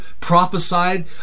prophesied